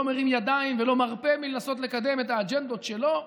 מרים ידיים ולא מרפה מלנסות לקדם את האג'נדות שלו,